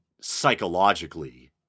psychologically